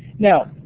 now,